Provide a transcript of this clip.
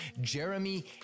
Jeremy